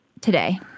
today